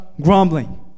grumbling